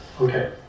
Okay